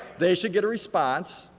they should get a response.